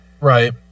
Right